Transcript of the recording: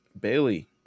Bailey